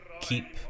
keep